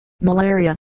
Malaria